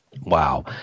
Wow